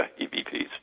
EVPs